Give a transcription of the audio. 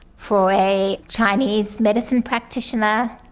for a chinese medicine practitioner,